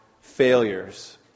failures